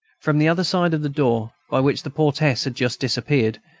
from the other side of the door, by which the portress had just disappeared,